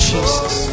Jesus